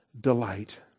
delight